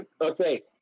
Okay